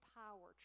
power